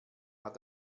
hat